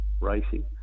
racing